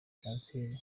kanseri